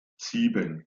sieben